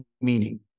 meaning